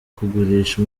kugurisha